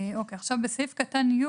בסעיף (י)